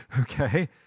okay